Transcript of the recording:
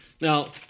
Now